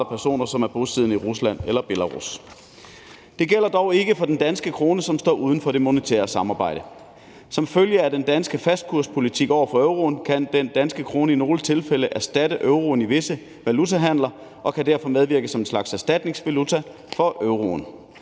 personer, som er bosiddende i Rusland eller Belarus. Det gælder dog ikke for den danske krone, som står uden for det monetære samarbejde. Som følge af den danske fastkurspolitik over for euroen kan den danske krone i nogle tilfælde erstatte euroen i visse valutahandler og kan derfor medvirke som en slags erstatningsvaluta for euroen.